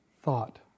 thought